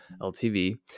LTV